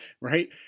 right